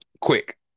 quick